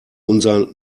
unser